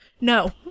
No